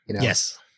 Yes